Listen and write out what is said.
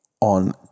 on